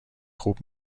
خوب